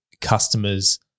customers